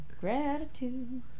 Gratitude